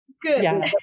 Good